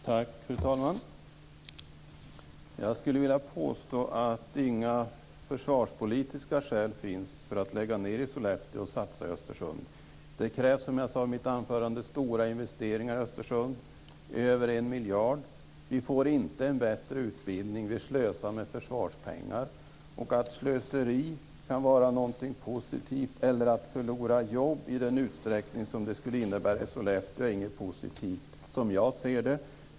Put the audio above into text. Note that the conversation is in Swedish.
Fru talman! Jag skulle vilja påstå att det inte finns några försvarspolitiska skäl att lägga ned i Sollefteå och satsa i Östersund. Det krävs, som jag sade i mitt anförande, stora investeringar i Östersund, om över en miljard. Vi får inte bättre utbildning, och vi slösar med försvarspengar. Det skulle, som jag ser det, inte vara positivt att slösa eller att förlora jobb i den utsträckning som skulle bli fallet i Sollefteå.